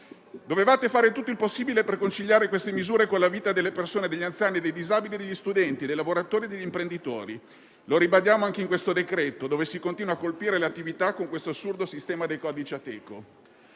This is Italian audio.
Dovevate fare tutto il possibile per conciliare le misure con la vita delle persone, ossia degli anziani, dei disabili, degli studenti, dei lavoratori, degli imprenditori; lo ribadiamo anche in questo decreto-legge, dove si continua a colpire le attività con l'assurdo sistema dei codici Ateco.